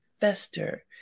fester